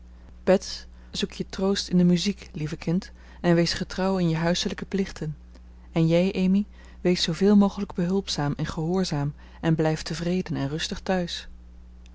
bets zoek je troost in de muziek lieve kind en wees getrouw in je huiselijke plichten en jij amy wees zooveel mogelijk behulpzaam en gehoorzaam en blijf tevreden en rustig thuis